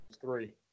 Three